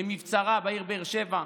במבצרה, בעיר באר שבע,